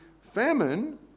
famine